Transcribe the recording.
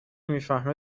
میفهمه